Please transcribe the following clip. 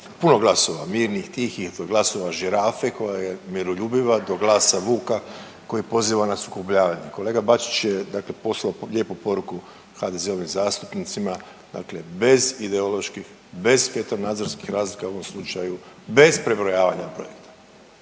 puno glasova, mirnih, tihih, glasova žirafe koja je u je miroljubiva do glasa vuka koji poziva na sukobljavanje. Kolega Bačić je dakle poslao lijepu poruku HDZ-ovim zastupnicima dakle bez ideoloških, bez svjetonazorskih razlika, u ovom slučaju, bez prebrojavanja projekata.